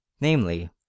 namely